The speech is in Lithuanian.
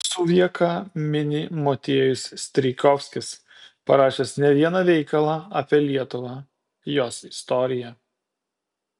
suvieką mini motiejus strijkovskis parašęs ne vieną veikalą apie lietuvą jos istoriją